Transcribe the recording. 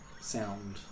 sound